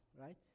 right